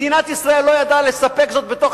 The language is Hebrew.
מדינת ישראל לא ידעה לספק זאת בתוך